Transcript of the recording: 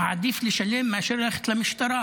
עדיף לשלם מאשר ללכת למשטרה,